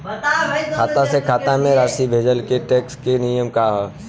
खाता से खाता में राशि भेजला से टेक्स के का नियम ह?